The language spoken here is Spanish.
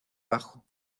bajo